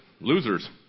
losers